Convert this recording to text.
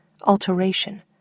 alteration